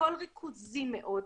הכול ריכוזי מאוד.